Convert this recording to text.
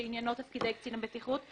שעניינו תפקידי קצין הבטיחות,